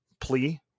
plea